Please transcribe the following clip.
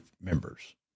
members